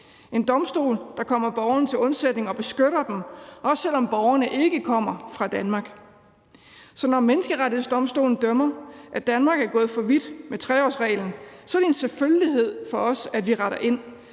en domstol, der kommer borgerne til undsætning og beskytter dem, også selv om borgerne ikke kommer fra Danmark. Så når Menneskerettighedsdomstolen dømmer, at Danmark er gået for vidt med 3-årsreglen, er det en selvfølgelighed for os, at vi retter ind.